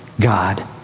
God